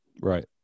Right